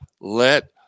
let